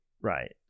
Right